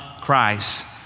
Christ